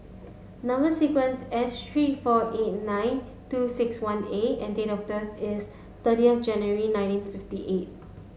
number sequence S three four eight nine two six one A and date of birth is thirty of January nineteen fifty eight